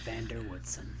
Vanderwoodson